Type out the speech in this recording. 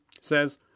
says